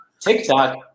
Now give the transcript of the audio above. TikTok